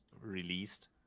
released